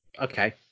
Okay